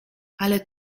ale